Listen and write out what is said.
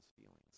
feelings